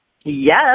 Yes